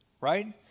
right